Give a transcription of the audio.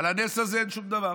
על הנס הזה אין שום דבר,